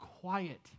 quiet